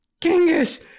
Genghis